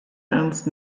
ernst